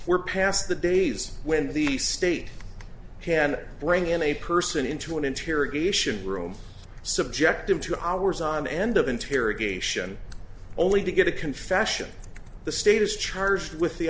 we're past the days when the state can bring in a person into an interrogation room subject him to hours on end of interrogation only to get a confession the state is charged with the